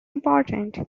important